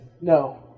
No